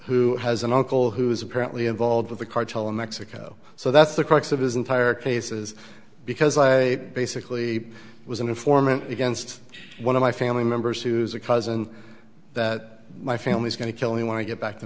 who has an uncle who is apparently involved with the cartel in mexico so that's the crux of his entire cases because i basically was an informant against one of my family members who's a cousin that my family's going to kill me when i get back to